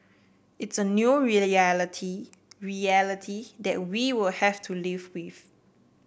it's a new reality reality that we'll have to live with